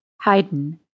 Haydn